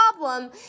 problem